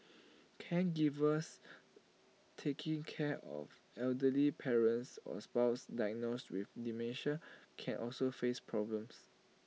caregivers taking care of elderly parents or spouses diagnosed with dementia can also face problems